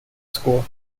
school